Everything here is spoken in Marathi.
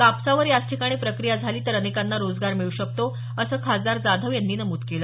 कापसावर याच ठिकाणी प्रक्रिया झाली तर अनेकांना रोजगार मिळू शकतो असं खासदार जाधव यांनी यावेळी नमूद केलं